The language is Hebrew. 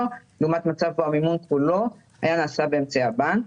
לעומת מצב בו המימון כולו היה נעשה באמצעי הבנק.